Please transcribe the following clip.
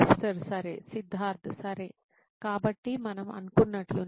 professor సరే సిద్ధార్థ్ సరే కాబట్టి మనం అనుకున్నట్లు